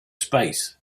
space